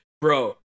Bro